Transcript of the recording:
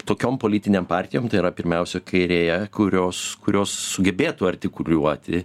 tokiom politinėm partijom tai yra pirmiausia kairėje kurios kurios sugebėtų artikuliuoti